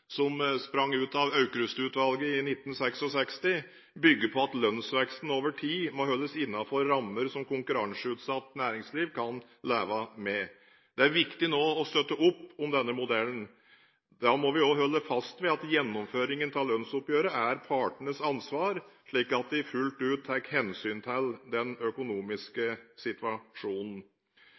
som sprang ut av Aukrust-utvalget i 1966, bygger på at lønnsveksten over tid må holdes innenfor rammer som konkurranseutsatt næringsliv kan leve med. Det er viktig nå å støtte opp om denne modellen. Da må vi òg holde fast ved at gjennomføringen av lønnsoppgjøret er partenes ansvar, slik at de fullt ut tar hensyn til den økonomiske situasjonen.